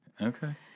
Okay